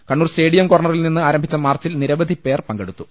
Kannur stadium കോർണ്ണറിൽ നിന്ന് ആരംഭിച്ച മാർച്ചിൽ നിരവധി പേർ പങ്കെടുത്തു